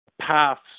paths